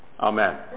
Amen